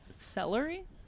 Celery